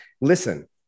Listen